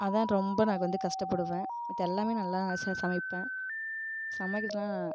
அதுதான் ரொம்ப நான் வந்து கஷ்டப்படுவேன் மத்த எல்லாமே நல்லா நான் சமைப்பேன் சமைக்கிறதெலாம்